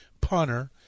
punter